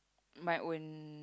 my own